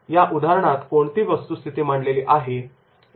त्या उदाहरणात कोणती वस्तुस्थिती मांडलेली आहे